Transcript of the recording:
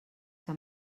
que